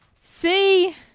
See